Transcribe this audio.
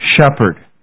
Shepherd